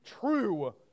true